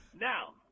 Now